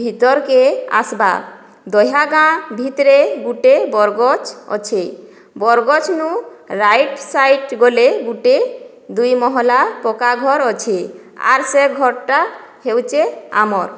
ଭିତର୍କେ ଆସ୍ବା ଦହିୟା ଗାଁ ଭିତ୍ରେ ଗୁଟେ ବର୍ଗଛ୍ ଅଛେ ବର୍ଗଛ୍ରୁ ରାଇଟ୍ ସାଇଡ୍ ଗଲେ ଗୁଟେ ଦୁଇ ମହଲା ପକ୍କା ଘର୍ ଅଛେ ଆର୍ ସେ ଘର୍ଟା ହଉଛେ ଆମର୍